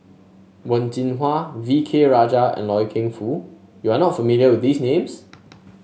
Wen Jinhua V K Rajah and Loy Keng Foo you are not familiar with these names